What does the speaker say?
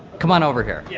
come on over here. yeah